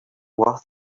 worth